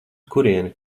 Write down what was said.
kurieni